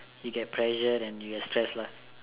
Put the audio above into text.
you get pressured and you get stressed